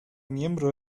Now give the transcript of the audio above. miembro